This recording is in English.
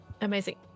Amazing